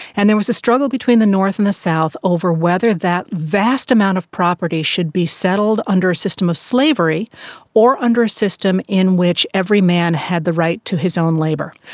and there was a struggle between the north and the south over whether that vast amount of property should be settled under a system of slavery or under a system in which every man had the right to his own labour.